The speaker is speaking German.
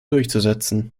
durchzusetzen